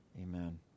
amen